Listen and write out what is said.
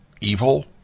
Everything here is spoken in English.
evil